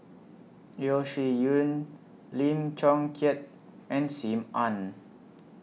Yeo Shih Yun Lim Chong Keat and SIM Ann